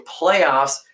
playoffs